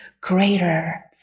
greater